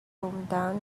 hometown